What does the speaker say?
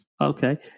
Okay